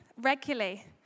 regularly